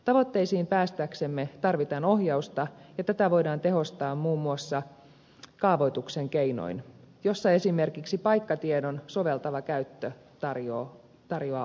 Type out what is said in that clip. tavoitteisiin päästäksemme tarvitaan ohjausta ja tätä voidaan tehostaa muun muassa kaavoituksen keinoin jossa esimerkiksi paikkatiedon soveltava käyttö tarjoaa oivaa tukea